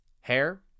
hair